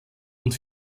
und